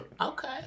Okay